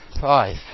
Five